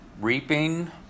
reaping